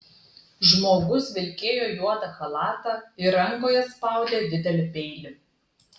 žmogus vilkėjo juodą chalatą ir rankoje spaudė didelį peilį